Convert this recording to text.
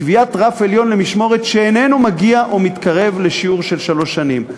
קביעת רף עליון למשמורת שאיננו מגיע או מתקרב לשיעור של שלוש שנים.